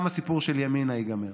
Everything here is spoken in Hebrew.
גם הסיפור של ימינה ייגמר,